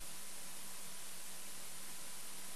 חברי הכנסת, שרים, היום